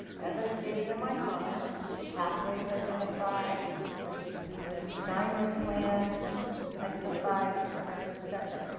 as i stated in my comments, pathways identified with the student assignment plan identified, etc, etc.